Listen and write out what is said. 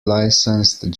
licensed